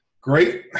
great